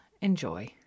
enjoy